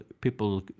people